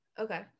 okay